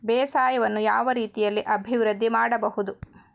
ಬೇಸಾಯವನ್ನು ಯಾವ ರೀತಿಯಲ್ಲಿ ಅಭಿವೃದ್ಧಿ ಮಾಡಬಹುದು?